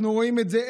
אנחנו רואים את זה.